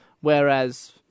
Whereas